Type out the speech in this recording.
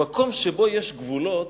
במקום שבו יש גבולות,